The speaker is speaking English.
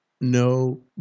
no